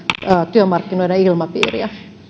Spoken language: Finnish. työmarkkinoiden ilmapiiriä